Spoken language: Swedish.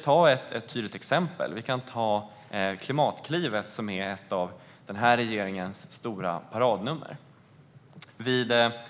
krav. Ett tydligt exempel på detta är Klimatklivet, ett av denna regerings stora paradnummer.